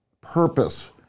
purpose